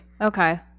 Okay